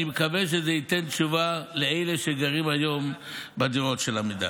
אני מקווה שזה ייתן תשובה לאלה שגרים היום בדירות של עמידר.